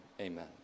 amen